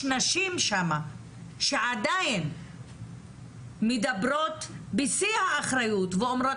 נשים שם שעדיין מדברות בשיא האחריות ואומרות,